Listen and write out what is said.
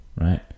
right